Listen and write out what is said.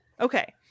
Okay